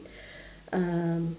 um